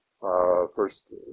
First